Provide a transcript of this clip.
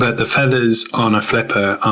the feathers on flippers are